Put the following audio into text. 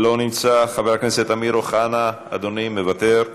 אינו נוכח, חבר הכנסת אמיר אוחנה, אדוני, מוותר.